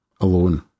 alone